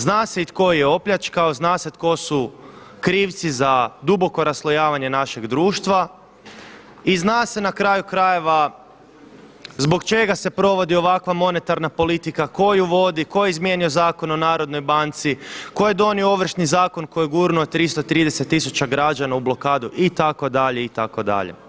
Zna se i tko ju je opljačkao, zna se tko su krivci za duboko raslojavanje našeg društva i zna se na kraju krajeva zbog čega se provodi ovakva monetarna politika, tko ju vodi, tko je izmijenio Zakon o Narodnoj banci, tko je donio Ovršni zakon koji je gurnuo 330 tisuća građana u blokadu itd., itd.